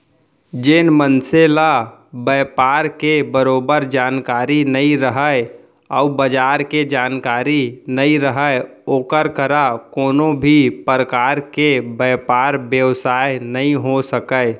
जेन मनसे ल बयपार के बरोबर जानकारी नइ रहय अउ बजार के जानकारी नइ रहय ओकर करा कोनों भी परकार के बयपार बेवसाय नइ हो सकय